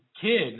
kid